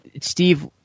Steve